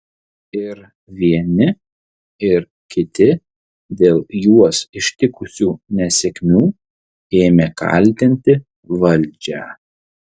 ir vieni ir kiti dėl juos ištikusių nesėkmių ėmė kaltinti valdžią